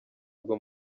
bwo